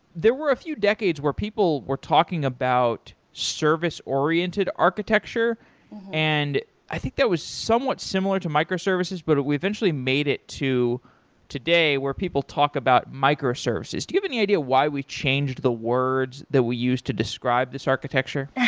there were a few decades where people were talking about service oriented architecture and i think that was somewhat similar to microservices but we eventually made to today were people talk about microservices. do you have any idea why we changed the words that we used to describe this architecture?